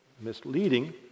misleading